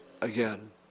again